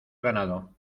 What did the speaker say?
ganado